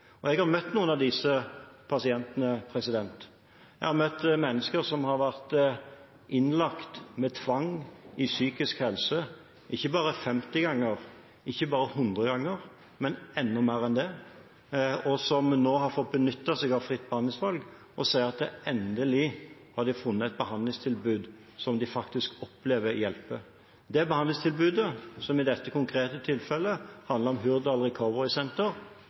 Jeg har møtt noen av disse pasientene. Jeg har møtt mennesker som har vært innlagt med tvang i psykisk helse, ikke bare 50 ganger, ikke bare 100 ganger, men enda mer enn det, og som nå har fått benytte seg av fritt behandlingsvalg og ser at de endelig har funnet et behandlingstilbud som de faktisk opplever hjelper. Det behandlingstilbudet, som i dette konkrete tilfellet handler om